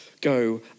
go